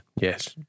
Yes